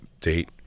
date